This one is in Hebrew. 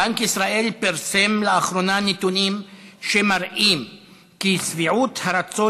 בנק ישראל פרסם לאחרונה נתונים שמראים כי שביעות הרצון